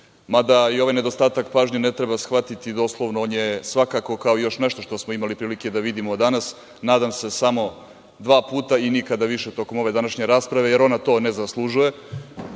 Mada i ovaj nedostatak pažnje ne treba shvatiti doslovno. On je svakako, kao još nešto što smo imali prilike da vidimo danas, nadam se samo dva puta i nikada više tokom ove današnje rasprave, jer ona to ne zaslužuje,